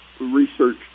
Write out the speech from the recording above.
research